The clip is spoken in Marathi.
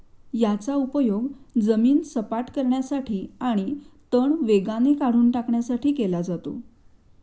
याचा उपयोग जमीन सपाट करण्यासाठी आणि तण वेगाने काढून टाकण्यासाठी केला जातो